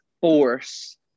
force